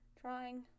trying